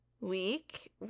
week